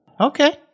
Okay